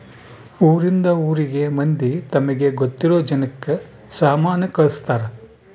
ಊರಿಂದ ಊರಿಗೆ ಮಂದಿ ತಮಗೆ ಗೊತ್ತಿರೊ ಜನಕ್ಕ ಸಾಮನ ಕಳ್ಸ್ತರ್